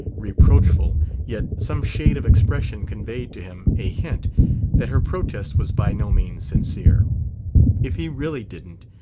reproachful yet some shade of expression conveyed to him a hint that her protest was by no means sincere if he really didn't,